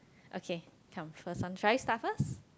okay come first one should I start first